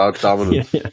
Dominant